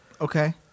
Okay